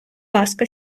ласка